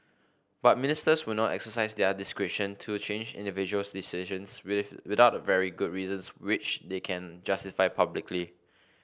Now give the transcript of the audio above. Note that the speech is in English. but Ministers will not exercise their discretion to change individuals decisions with without very good reasons which they can justify publicly